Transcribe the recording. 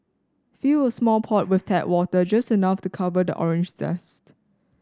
fill a small pot with tap water just enough to cover the orange zest